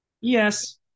Yes